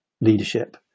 leadership